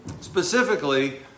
Specifically